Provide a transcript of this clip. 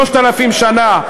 3,000 שנה.